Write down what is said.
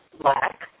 black